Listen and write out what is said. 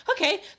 okay